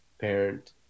parent